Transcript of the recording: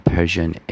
Persian